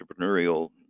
entrepreneurial